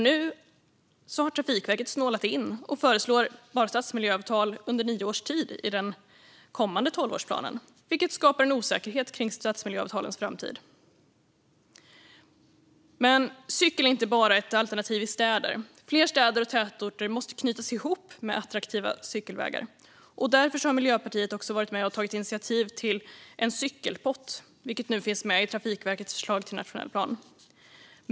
Nu har Trafikverket snålat in och föreslår stadsmiljöavtal bara under nio års tid i den kommande tolvårsplanen, vilket skapar en osäkerhet kring stadsmiljöavtalens framtid. Men cykel är inte bara ett alternativ i städer. Fler städer och tätorter måste knytas ihop med attraktiva cykelvägar. Därför har Miljöpartiet också varit med och tagit initiativ till en cykelpott, vilket nu finns med i Trafikverkets förslag till nationell plan.